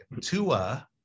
Tua